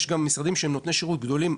יש גם משרדים שהם נותני שירות גדולים,